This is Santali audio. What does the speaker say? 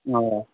ᱦᱮᱸ